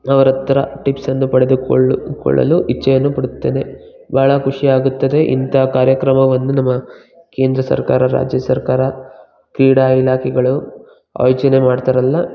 ಅವ್ರತ್ರ ಟಿಪ್ಸನ್ನು ಪಡೆದುಕೊಳ್ಳ ಕೊಳ್ಳಲು ಇಚ್ಚೆಯನ್ನು ಪಡುತ್ತೇನೆ ಭಾಳ ಖುಷಿಯಾಗುತ್ತದೆ ಇಂತಹ ಕಾರ್ಯಕ್ರಮವನ್ನು ನಮ್ಮ ಕೇಂದ್ರ ಸರ್ಕಾರ ರಾಜ್ಯ ಸರ್ಕಾರ ಕ್ರೀಡಾ ಇಲಾಖೆಗಳು ಆಯೋಜನೆ ಮಾಡ್ತಾರಲ್ಲ